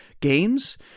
games